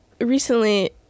recently